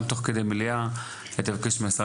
גם תוך כדי מליאה, תבקש מהשר.